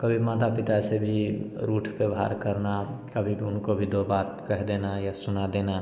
कभी माता पिता से भी रूठ व्यवहार करना कभी उनको भी दो बात कह देना या सुना देना